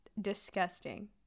disgusting